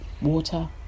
water